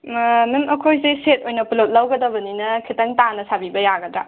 ꯃꯦꯝ ꯑꯩꯇꯣꯏꯁꯦ ꯁꯦꯠ ꯑꯣꯏꯅ ꯄꯨꯂꯞ ꯂꯧꯒꯗꯕꯅꯤꯅ ꯈꯤꯇꯪ ꯇꯥꯅ ꯁꯥꯕꯤꯕ ꯌꯥꯒꯗ꯭ꯔꯥ